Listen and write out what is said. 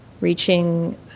reaching